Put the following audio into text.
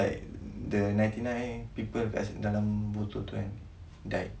like the ninety nine people dekat botol tu kan died